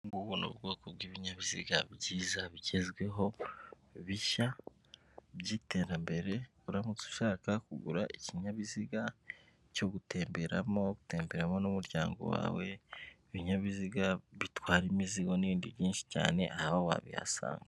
Ubu ni ubwoko bw'ibinyabiziga byiza bigezweho bishya by'iterambere, uramutse ushaka kugura ikinyabiziga cyo gutemberamo n'umuryango wawe, ibinyabiziga bitwara imizigo n'ibindi byinshi cyane aha wabihasanga.